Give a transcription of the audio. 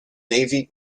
navy